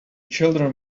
children